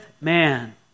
man